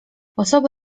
osoby